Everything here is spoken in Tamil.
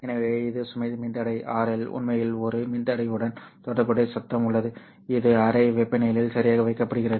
எனவே இது சுமை மின்தடை RL உண்மையில் ஒரு மின்தடையுடன் தொடர்புடைய சத்தம் உள்ளது இது அறை வெப்பநிலையில் சரியாக வைக்கப்படுகிறது